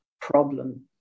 problem